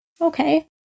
okay